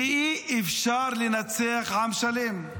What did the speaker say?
שאי-אפשר לנצח עם שלם.